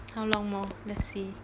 how long more let's see